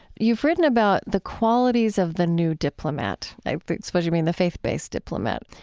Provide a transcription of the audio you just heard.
you've written about the qualities of the new diplomat. i suppose you mean the faith-based diplomat.